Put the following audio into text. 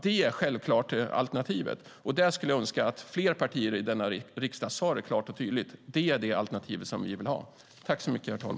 Det är självfallet alternativet, och jag skulle önska att fler partier i riksdagen sade det klart och tydligt. Det är det alternativ vi vill ha.